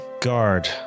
Guard